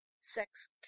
sex